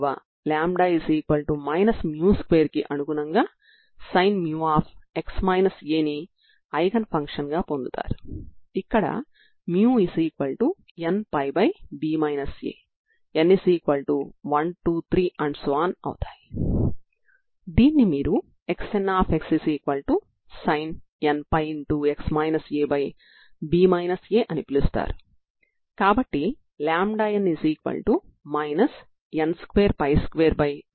n n2కాబట్టి n2n1224L2 లు eigen విలువలు అవుతాయ ఇక్కడ n0123 c1 ఆర్బిటరీ అయినప్పుడు మీరు ప్రాథమికంగా కలిగి ఉన్న ఐగెన్ ఫంక్షన్లు ఏమిటి